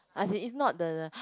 as in it's not the